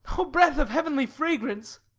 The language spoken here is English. o breath of heavenly fragrance!